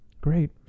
Great